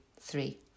three